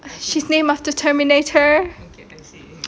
she's named after terminator